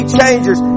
changers